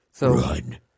Run